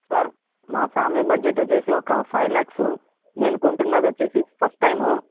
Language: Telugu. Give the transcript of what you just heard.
సార్ మా ఫ్యామిలీ బడ్జెట్ వచ్చేసి ఒక ఫైవ్ లాక్సు మేము కొంటున్నదొచ్చేసి ఫస్ట్ టైము